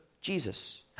Jesus